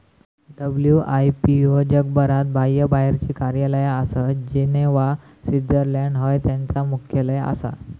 WIPO जगभरात बाह्यबाहेरची कार्यालया आसत, जिनेव्हा, स्वित्झर्लंड हय त्यांचा मुख्यालय आसा